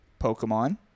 Pokemon